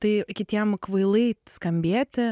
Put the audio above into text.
tai kitiem kvailai skambėti